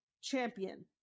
champion